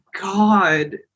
god